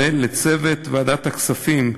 ולצוות ועדת הכספים: